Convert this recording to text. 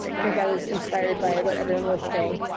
because i was inspired by what everyone was saying,